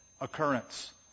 occurrence